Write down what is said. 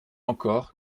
encore